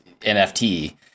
NFT